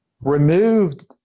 Removed